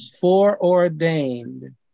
foreordained